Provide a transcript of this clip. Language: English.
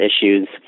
issues